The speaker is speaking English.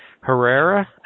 Herrera